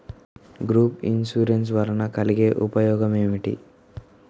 Group insurance వలన కలిగే ఉపయోగమేమిటీ?